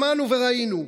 שמענו וראינו.